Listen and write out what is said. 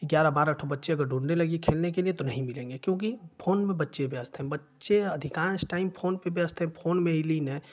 ग्यारह बारह ठो बच्चे अगर ढूंढने लगे खेलने के लिये तो नहीं मिलेंगे क्योंकि फोन मे बच्चे व्यस्त हैं बच्चे अधिकांश टाइम फोन में ही व्यस्त है फोन में ही लीन है